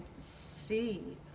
see